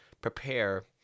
prepare